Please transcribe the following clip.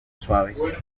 suaves